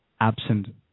absent